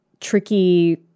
tricky